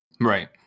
right